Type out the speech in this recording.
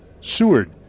Seward